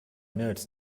nerds